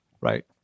right